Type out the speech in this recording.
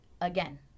again